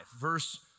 verse